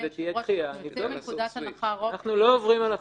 אנחנו לא עוברים על החוק.